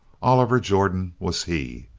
oliver jordan was he!